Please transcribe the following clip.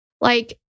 Like-